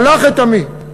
"שלח את עמי".